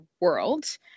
world